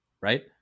right